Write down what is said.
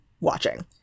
watching